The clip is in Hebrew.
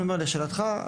לשאלתך,